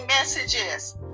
messages